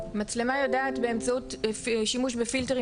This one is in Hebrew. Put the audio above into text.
מצלמה יודעת באמצעות שימוש בפילטרים